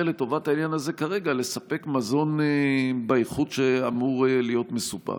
לטובת העניין הזה כרגע לספק מזון באיכות שאמור להיות מסופק.